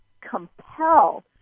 compel